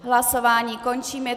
Hlasování končím.